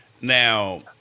Now